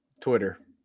Twitter